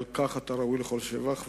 ועל כך אתה ראוי לכל שבח,